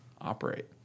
operate